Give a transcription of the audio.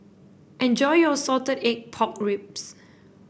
enjoy your Salted Egg Pork Ribs